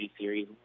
series